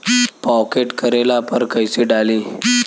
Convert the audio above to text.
Pocket करेला पर कैसे डाली?